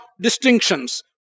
distinctions